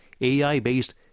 AI-based